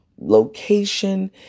location